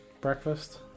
breakfast